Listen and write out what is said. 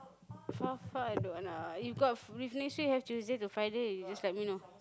far far I don't want ah if got if next week have Tuesday to Friday you just let me know